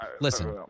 listen